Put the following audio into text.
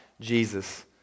Jesus